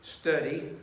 study